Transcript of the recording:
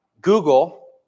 Google